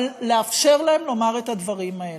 ולאפשר להם לומר את הדברים האלה.